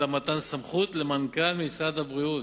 אלא מתן סמכות למנכ"ל משרד הבריאות,